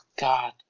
God